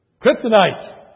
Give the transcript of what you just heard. Kryptonite